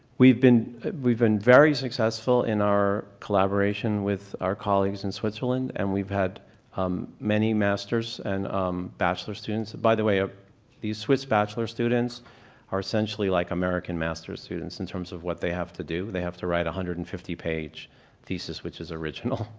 we've been we've been very successful in our collaboration with our colleagues in switzerland and we've had um many masters and um bachelor students. by the way, ah these swiss bachelor students are essentially like american master students, in terms of what they have to do. they have to write one hundred and fifty page thesis, which is original.